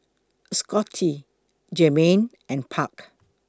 Scottie Jermaine and Park